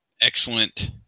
excellent